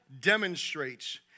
demonstrates